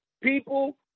people